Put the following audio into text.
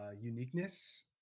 uniqueness